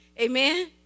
Amen